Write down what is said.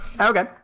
Okay